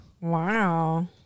Wow